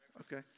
Okay